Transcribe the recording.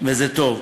וזה טוב,